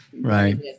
Right